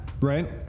right